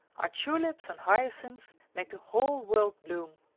our tulips and hyacinths make the whole world bloom!